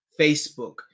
Facebook